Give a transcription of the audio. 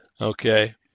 Okay